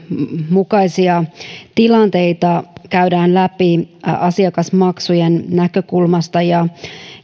mukaisia tilanteita käydään läpi asiakasmaksujen näkökulmasta ja